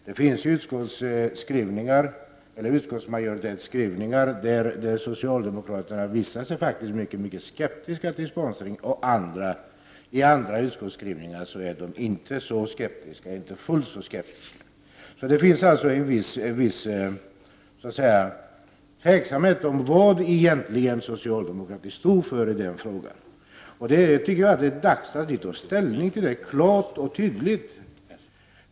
Det finns utskottsskrivningar där socialdemokraterna visar sig mycket skeptiska till sponsring, men i andra utskottsskrivningar är de inte fullt så skeptiska. Det finns alltså en viss tveksamhet om vad socialdemokratin egentligen står för i den frågan, och det är nu dags att de klart och tydligt tar ställning till det.